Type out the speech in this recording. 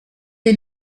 est